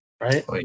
right